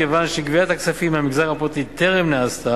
כיוון שגביית הכספים מהמגזר הפרטי טרם נעשתה,